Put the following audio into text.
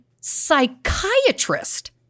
psychiatrist